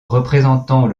représentant